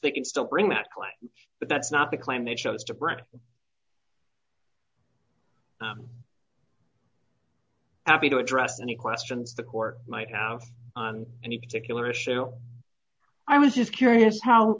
they can still bring that but that's not the claim they chose to bring abbie to address any questions the court might have on any particular issue i was just curious how